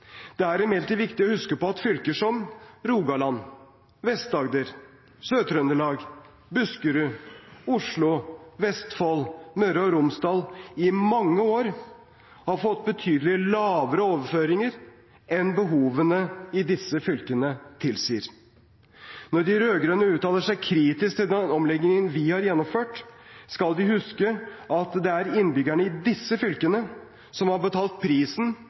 Det er imidlertid viktig å huske på at fylker som Rogaland, Vest-Agder, Sør-Trøndelag, Buskerud, Oslo, Vestfold og Møre og Romsdal i mange år har fått betydelig lavere overføringer enn behovene i disse fylkene tilsier. Når de rød-grønne uttaler seg kritisk til den omleggingen vi har gjennomført, skal de huske at det er innbyggerne i disse fylkene som har betalt prisen